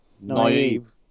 naive